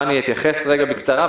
אני אתייחס רגע בקצרה,